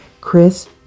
Chris